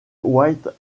white